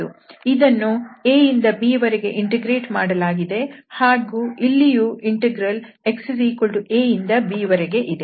ಇದನ್ನು a ಇಂದ bವರೆಗೆ ಇಂಟಿಗ್ರೇಟ್ ಮಾಡಲಾಗಿದೆ ಹಾಗೂ ಇಲ್ಲಿಯೂ ಇಂಟೆಗ್ರಲ್ x a ಇಂದ bವರೆಗೆ ಇದೆ